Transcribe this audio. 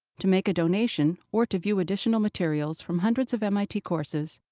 to make a donation, or to view additional materials from hundreds of mit courses,